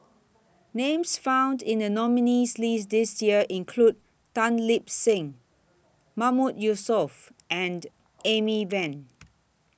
Names found in The nominees' list This Year include Tan Lip Seng Mahmood Yusof and Amy Van